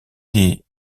des